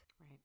Right